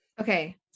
Okay